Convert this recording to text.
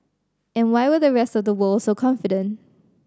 and why were the rest of the world so confident